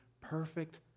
perfect